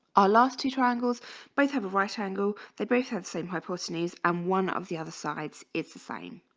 our last two triangles both have a right angle. they both have same hypotenuse and one of the other sides is the same